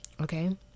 okay